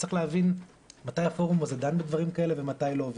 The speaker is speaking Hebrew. צריך להבין מתי הפורום הזה דן בדברים כאלה ומתי לא.